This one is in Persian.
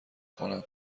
کنم